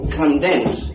condense